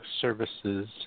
Services